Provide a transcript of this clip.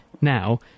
now